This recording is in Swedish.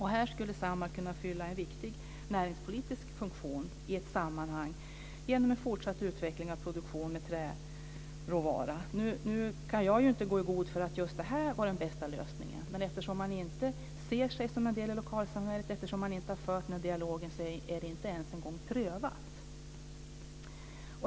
Här skulle Samhall kunna fylla en viktig näringspolitisk funktion i ett sammanhang genom en fortsatt utveckling av produktion med träråvara. Jag kan inte gå i god för att just detta var den bästa lösningen. Men eftersom Samhall inte ser sig som en del av lokalsamhället och eftersom man inte har fört någon dialog så är det ju inte ens en gång prövat!